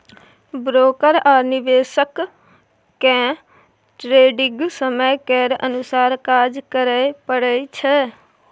broker आ निवेशक केँ ट्रेडिग समय केर अनुसार काज करय परय छै